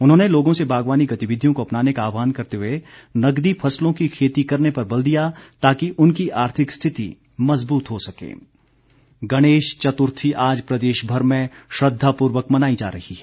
उन्होंने लोगों से बागवानी गतिविधियों को अपनाने का आहवान करते हुए नगदी फसलों की खेती करने पर बल दिया ताकि उनकी गणेश चतुर्थी गणेश चतुर्थी आज प्रदेशभर में श्रद्वापूर्वक मनाई जा रही है